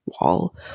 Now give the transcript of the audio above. wall